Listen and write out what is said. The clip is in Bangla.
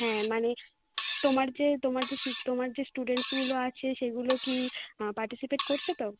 হ্যাঁ মানে তোমার যে তোমার যে শিক তোমার যে স্টুডেন্টসগুলো আছে সেগুলো কি পার্টিসিপেট করছে তো